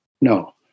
No